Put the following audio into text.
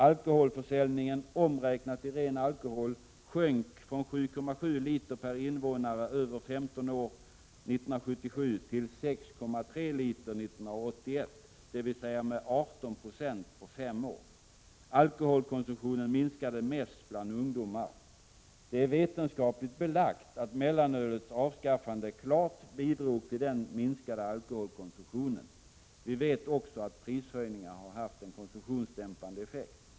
Alkoholförsäljningen, omräknad till ren alkohol, sjönk från 7,7 liter per invånare över 15 år 1977 till 6,3 liter 1981, dvs. med 18 96 på fem år. Alkoholkonsumtionen minskade mest bland ungdomar. Det är vetenskapligt belagt att mellanölets avskaffande klart bidrog till den minskade alkoholkonsumtionen. Vi vet också att prishöjningar har haft en konsumtionsdämpande effekt.